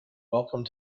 welcome